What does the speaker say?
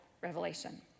Revelation